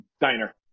diner